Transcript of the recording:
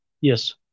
Yes